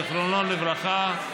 זיכרונו לברכה,